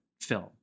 film